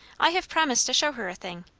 i have promised to show her a thing.